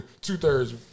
two-thirds